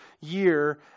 year